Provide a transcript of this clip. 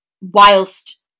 whilst